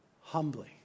humbly